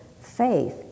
faith